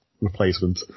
replacement